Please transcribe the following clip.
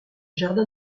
jardins